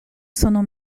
sono